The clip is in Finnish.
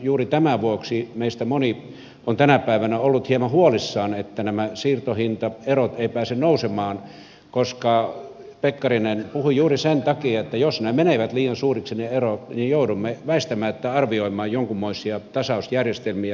juuri tämän vuoksi meistä moni on tänä päivänä ollut hieman huolissaan että nämä siirtohintaerot eivät pääse nousemaan ja pekkarinen puhui juuri sen takia että jos ne erot menevät liian suuriksi niin joudumme väistämättä arvioimaan jonkunmoisia tasausjärjestelmiä